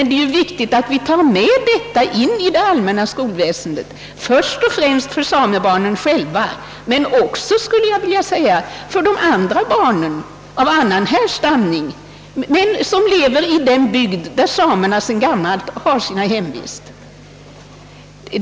Det är viktigt att detta blir ett inslag i det allmänna skolväsendet, först och främst för samebarnen själva men också, skulle jag vilja säga, för de andra barnen som är av annan härstamning och som lever i den bygd där samerna sedan gammalt har sin hemvist.